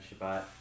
Shabbat